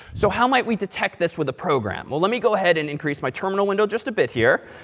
so how might we detect this with a program? well, let me go ahead and increase my terminal window just a bit here,